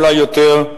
אולי יותר,